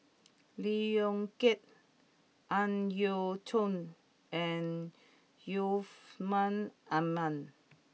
Lee Yong Kiat Ang Yau Choon and Yusman Aman